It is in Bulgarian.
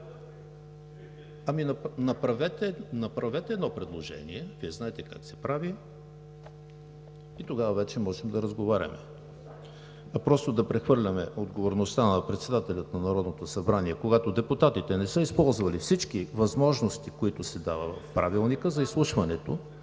Направете едно предложение, Вие знаете как се прави и тогава вече можем да разговаряме. А просто да прехвърляме отговорността на председателя на Народното събрание, когато депутатите не са използвали всички възможности, които се дават в Правилника за изслушването